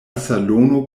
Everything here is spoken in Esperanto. salono